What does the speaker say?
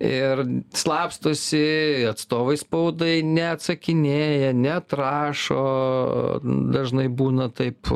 ir slapstosi atstovais spaudai neatsakinėja neatrašo dažnai būna taip